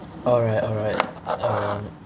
alright alright um